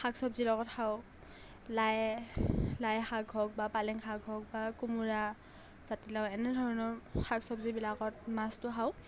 শাক চব্জিৰ লগত খাওঁ লাই লাই শাক হওক বা পালেং শাক হওক বা কোমোৰা জাতিলাও এনেধৰণৰ শাক চব্জিবিলাকত মাছটো খাওঁ